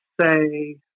say